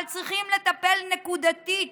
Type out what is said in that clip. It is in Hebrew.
אבל צריכים לטפל נקודתית